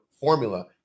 formula